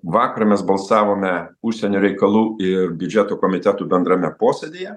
vakar mes balsavome užsienio reikalų ir biudžeto komitetų bendrame posėdyje